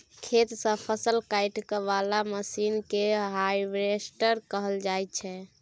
खेत सँ फसल काटय बला मशीन केँ हार्वेस्टर कहल जाइ छै